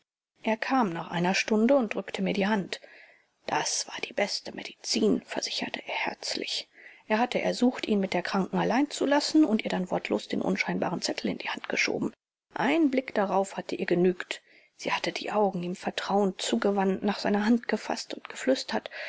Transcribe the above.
er kam nach einer stunde und drückte mir die hand das war die beste medizin versicherte er herzlich er hatte ersucht ihn mit der kranken allein zu lassen und ihr dann wortlos den unscheinbaren zettel in die hand geschoben ein blick darauf hatte ihr genügt sie hatte die augen ihm vertrauend zugewandt nach seiner hand gefaßt und geflüstert